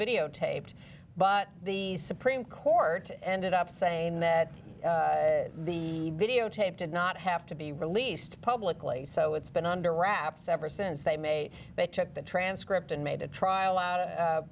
videotaped but the supreme court ended up saying that the videotape did not have to be released publicly so it's been under wraps ever since they may they took the transcript and made a trial o